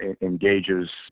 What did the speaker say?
engages